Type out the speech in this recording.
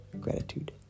gratitude